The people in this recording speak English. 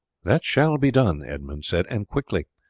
that shall be done, edmund said, and quickly.